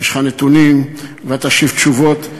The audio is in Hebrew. יש לך נתונים ואתה תשיב תשובות,